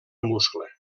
muscle